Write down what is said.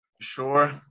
Sure